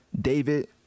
david